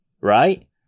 right